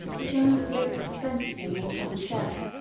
the generous victor presented him with a cup of sherbet,